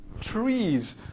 trees